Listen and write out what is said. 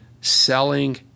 selling